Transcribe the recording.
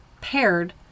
paired